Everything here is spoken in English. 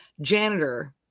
janitor